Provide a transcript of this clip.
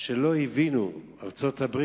שלא הבינה ארצות-הברית